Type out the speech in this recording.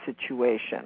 situation